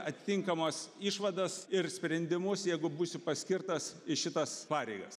atitinkamas išvadas ir sprendimus jeigu būsiu paskirtas į šitas pareigas